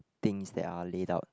things that are laid out